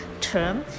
term